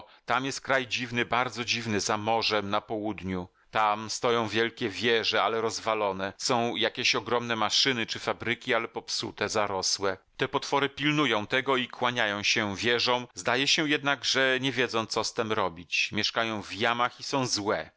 tam jest kraj dziwny bardzo dziwny za morzem na południu tam stoją wielkie wieże ale rozwalone są jakieś ogromne maszyny czy fabryki ale popsute zarosłe te potwory pilnują tego i kłaniają się wieżom zdaje się jednak że nie wiedzą co z tem robić mieszkają w jamach i są złe